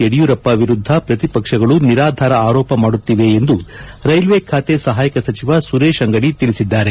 ಯಡಿಯೂರಪ್ಪ ವಿರುದ್ದ ಪ್ರತಿಪಕ್ಷಗಳು ನಿರಾಧಾರ ಆರೋಪ ಮಾಡುತ್ತಿವೆ ಎಂದು ರೈಲ್ಲೆ ಖಾತೆ ಸಹಾಯಕ ಸಚಿವ ಸುರೇಶ್ ಅಂಗಡಿ ತಿಳಿಸಿದ್ದಾರೆ